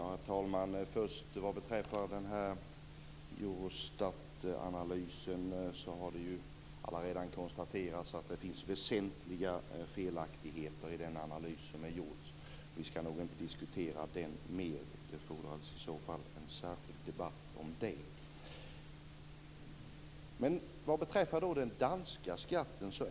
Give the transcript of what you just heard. Herr talman! Först något om Eurostatanalysen. Det har konstaterats att det finns väsentliga felaktigheter i den analysen. Vi skall inte diskutera den mer. Det fordras i så fall en särskild debatt om den. Sedan var det frågan om den danska skatten.